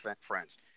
friends